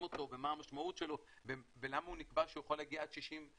אותו ומה המשמעות שלו ולמה נקבע שהוא יכול להגיע עד 62%,